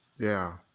yeah,